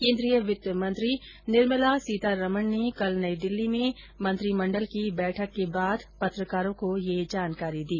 केन्द्रीय वित्त मंत्री निर्मला सीतारमन ने कल नई दिल्ली में मंत्रीमंडल की बैठक के बाद पत्रकारों को ये जानकारी दी